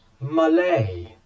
malay